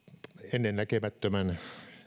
ennennäkemättömän